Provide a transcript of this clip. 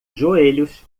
joelhos